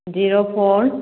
zero four